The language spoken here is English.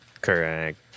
Correct